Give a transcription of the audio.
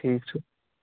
ٹھیٖک ٹھیٖک